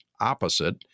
opposite